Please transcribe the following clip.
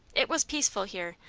it was peaceful here,